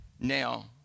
Now